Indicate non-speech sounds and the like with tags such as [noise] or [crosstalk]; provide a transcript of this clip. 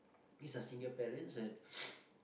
these are single parents and [noise]